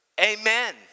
Amen